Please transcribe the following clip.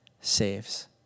saves